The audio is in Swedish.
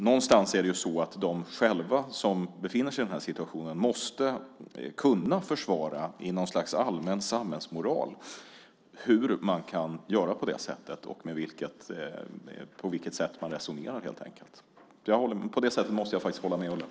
Någonstans måste ju de som befinner sig i den situationen kunna försvara i någon sorts allmän samhällsmoral hur man kan göra på det sättet och på vilket sätt man resonerar. Jag måste faktiskt hålla med Ulla.